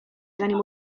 zanim